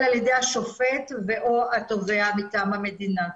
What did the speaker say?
על ידי השופט ו\או התובע מטעם המדינה.